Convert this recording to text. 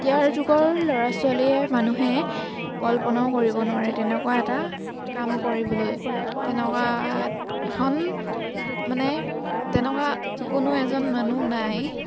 এতিয়াৰ যুগৰ ল'ৰা ছোৱালীয়ে মানুহে কল্পনাও কৰিব নোৱাৰে তেনেকুৱা এটা কাম কৰিবলৈ তেনেকুৱা এখন মানে তেনেকুৱা কোনো এজন মানুহ নাই